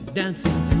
dancing